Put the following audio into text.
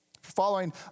Following